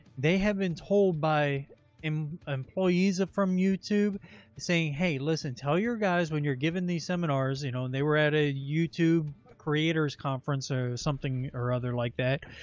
they have been told by um employees from youtube saying, hey, listen, tell your guys when you're given these seminars, you know, and they were at a youtube creators conference or something or other like that,